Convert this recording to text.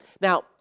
Now